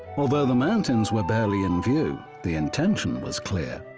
although the mountains were barely in view, the intention was clear.